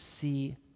see